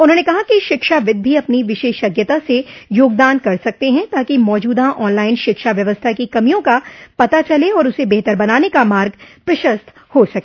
उन्होंने कहा कि शिक्षाविद भी अपनी विशेषज्ञता से योगदान कर सकते हैं ताकि मौजूदा ऑनलाइन शिक्षा व्यवस्था की कमियों का पता चले और उसे बेहतर बनाने का मार्ग प्रशस्त हो सके